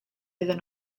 iddyn